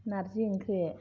नारजि ओंख्रि